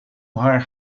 haar